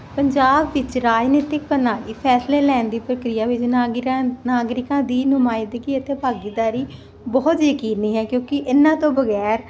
ਪੰਜਾਬ ਵਿੱਚ ਰਾਜਨੀਤਿਕ ਪ੍ਰਣਾਲੀ ਫੈਸਲੇ ਲੈਣ ਦੀ ਪ੍ਰਕਿਰਿਆ ਵਿੱਚ ਨਾਗਰ ਨਾਗਰਿਕਾਂ ਦੀ ਨੁਮਾਇੰਦਗੀ ਅਤੇ ਭਾਗੀਦਾਰੀ ਬਹੁਤ ਯਕੀਨ ਹੈ ਕਿਉਂਕਿ ਇਹਨਾਂ ਤੋਂ ਬਗੈਰ